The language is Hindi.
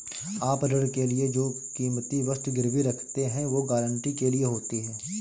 आप ऋण के लिए जो कीमती वस्तु गिरवी रखते हैं, वो गारंटी के लिए होती है